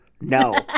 no